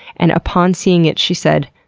and upon seeing it, she said,